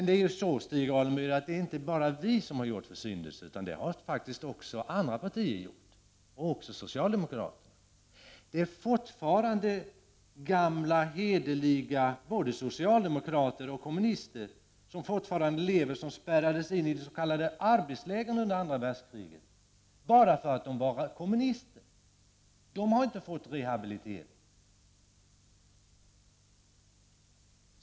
Det är i så fall inte bara vi i vpk som har gjort försyndelser, Stig Alemyr, utan det har också andra partier gjort, även socialdemokraterna. Det finns fortfarande gamla socialdemokrater och kommunister i livet som spärrades inis.k. arbetsläger under andra världskriget bara därför att de var kommunister och radikala socialdemokrater. De har inte fått rehabilitering.